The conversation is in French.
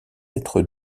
être